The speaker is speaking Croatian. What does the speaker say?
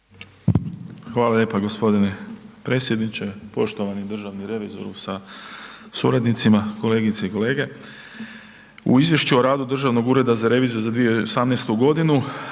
Hvala lijepo g. predsjedniče, poštovani državni revizor sa suradnicima, kolegice i kolege. U izvješću o radu Državnog ureda za reviziju za 2018. g.